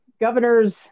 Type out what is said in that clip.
governor's